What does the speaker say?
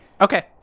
Okay